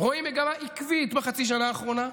רואים מגמה עקבית בחצי השנה האחרונה,